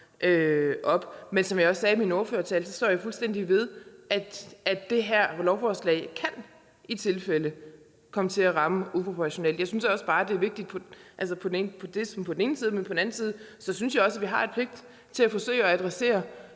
Men som jeg også sagde i min ordførertale, står jeg fuldstændig ved, at det her lovforslag i tilfælde kan komme til at ramme uproportionalt. Det synes jeg på den ene side er vigtigt, men på den anden side synes jeg også, at vi har en pligt til at forsøge at adressere